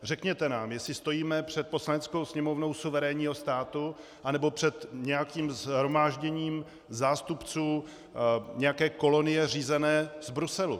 Řekněte nám, jestli stojíme před Poslaneckou sněmovnou suverénního státu, nebo před nějakým shromážděním zástupců nějaké kolonie řízené z Bruselu.